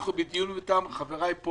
אנחנו בדיון איתם, חבריי פה